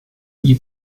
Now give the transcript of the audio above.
gli